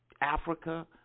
Africa